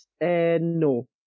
no